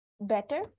better